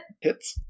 Hits